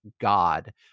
God